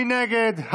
מי נגד?